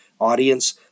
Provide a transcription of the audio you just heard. audience